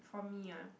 for me ah